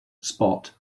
spot